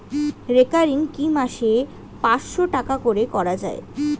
Recurring কি মাসে পাঁচশ টাকা করে করা যায়?